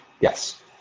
Yes